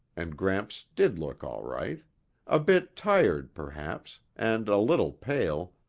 and gramps did look all right a bit tired, perhaps, and a little pale,